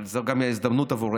אבל זו גם הזדמנות עבורנו,